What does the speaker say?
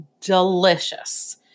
delicious